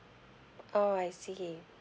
oo I see